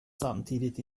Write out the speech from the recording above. samtidigt